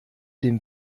dem